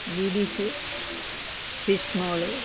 B B Q fish molly